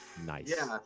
Nice